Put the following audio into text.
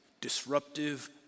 disruptive